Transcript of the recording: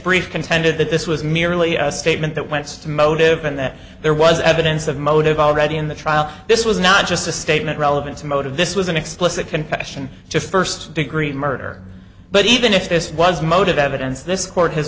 brief contended that this was merely a statement that wants to motive and that there was evidence of motive already in the trial this was not just a statement relevant to motive this was an explicit confession to first degree murder but even if this was motive evidence th